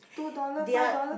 two dollar five dollar